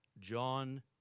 John